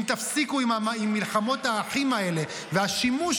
אם תפסיקו עם מלחמות האחים האלה והשימוש